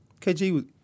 KG